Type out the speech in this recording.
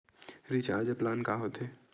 Recharge plan का होथे?